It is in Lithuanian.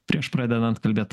prieš pradedant kalbėt